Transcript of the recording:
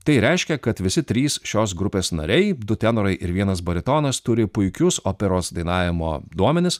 tai reiškia kad visi trys šios grupės nariai du tenorai ir vienas baritonas turi puikius operos dainavimo duomenis